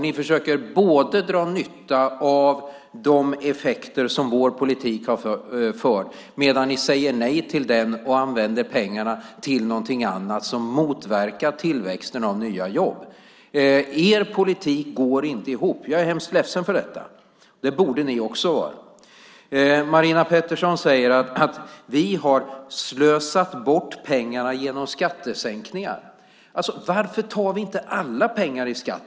Ni försöker dra nytta av de effekter som vår politik har medfört samtidigt som ni säger nej till den och använder pengarna till någonting annat som motverkar tillväxten av nya jobb. Er politik går inte ihop. Jag är hemskt ledsen för detta. Det borde ni också vara. Marina Pettersson säger att vi har slösat bort pengarna genom skattesänkningar. Alltså: Varför tar vi inte alla pengar i skatt?